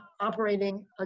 operating